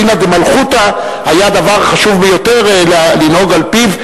דינא דמלכותא היה דבר חשוב ביותר לנהוג על-פיו,